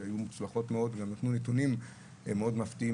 שהיו מוצלחות מאוד ונתנו נתונים מאוד מפתיעים